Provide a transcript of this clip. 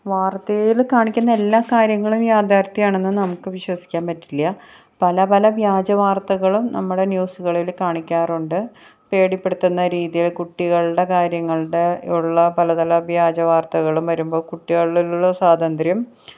വാർത്തയിൽ കാണിക്കുന്ന എല്ലാ കാര്യങ്ങളും യാഥാർഥ്യമാണെന്ന് നമുക്ക് വിശ്വസിക്കാൻ പറ്റില്ല പല പല വ്യാജവാർത്തകളും നമ്മുടെ ന്യൂസുകളിൽ കാണിക്കാറുണ്ട് പേടിപ്പെടുത്തുന്ന രീതിയിൽ കുട്ടികളുടെ കാര്യങ്ങളുടെ ഉള്ള പല പല വ്യാജവാർത്തകളും വരുമ്പോൾ കുട്ടികളിലുള്ള സ്വാതന്ത്ര്യം